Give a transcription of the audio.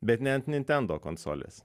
bet ne ant nintendo konsolės